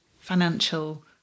financial